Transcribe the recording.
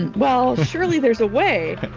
and well, surely there's a way.